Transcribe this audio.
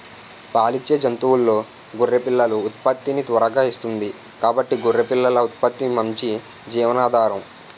పాలిచ్చే జంతువుల్లో గొర్రె పిల్లలు ఉత్పత్తిని త్వరగా ఇస్తుంది కాబట్టి గొర్రె పిల్లల ఉత్పత్తి మంచి జీవనాధారం